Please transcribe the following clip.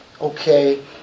Okay